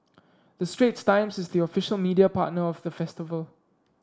the Straits Times is the official media partner of the festival